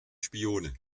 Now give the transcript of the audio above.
spione